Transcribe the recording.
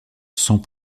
sans